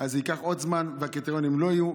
אז זה ייקח עוד זמן והקריטריונים לא יהיו,